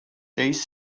these